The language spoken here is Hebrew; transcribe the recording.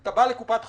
אתה בא לקופת חולים,